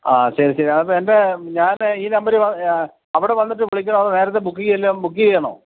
ആ ശരി ശരി അപ്പോള് എൻ്റെ ഞാന് ഈ നമ്പര് അവിടെ വന്നിട്ട് വിളിക്കേണമോ അതോ നേരത്തെ ബുക്ക് ബുക്ക് ചെയ്യേണമോ